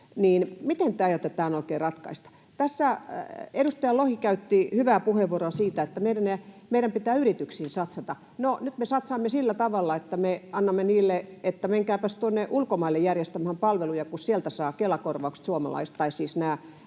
Miten te aiotte tämän oikein ratkaista? Tässä edustaja Lohi käytti hyvän puheenvuoron siitä, että meidän pitää yrityksiin satsata. No, nyt me satsaamme sillä tavalla, että me sanomme niille, että menkääpäs tuonne ulkomaille järjestämään palveluja, kun sieltä suomalaiset saavat nämä